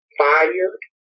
fired